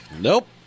Nope